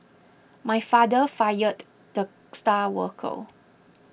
my father fired the star worker